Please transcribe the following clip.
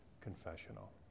confessional